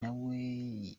nawe